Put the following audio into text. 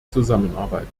zusammenarbeit